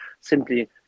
simply